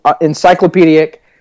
encyclopedic